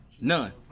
None